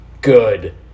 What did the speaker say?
good